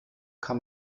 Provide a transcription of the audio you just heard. kann